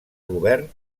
govern